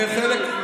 לחלק,